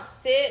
sit